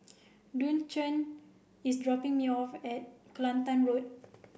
Duncan is dropping me off at Kelantan Road